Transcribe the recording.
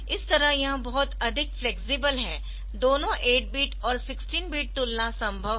इस तरह यह बहुत अधिक फ्लेक्सिबल है दोनों 8 बिट और 16 बिट तुलना संभव है